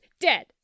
dead